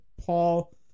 Paul